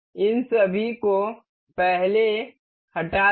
इन सभी को पहले हटा दें